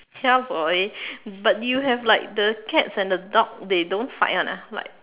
ya boy but you have like the cats and the dog they don't fight [one] ah like